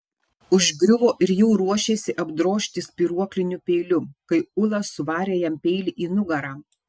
užgriuvo ir jau ruošėsi apdrožti spyruokliniu peiliu kai ula suvarė jam peilį į nugarą